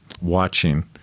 watching